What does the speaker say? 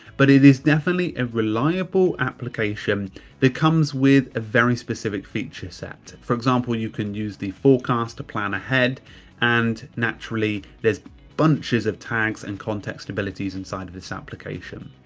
but it is definitely a reliable application that comes with a very specific feature set. for example, you can use the forecast to plan ahead and naturally there's bunches of tags and context abilities inside of this application.